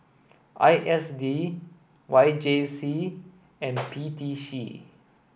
I S D Y J C and P T C